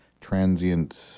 transient